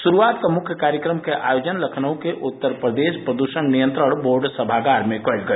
शुभारम्भ के मुख्य कार्यक्रम का आयोजन लखनऊ के उत्तर प्रदेश प्रदूषण नियंत्रण बोर्ड समागार में किया गया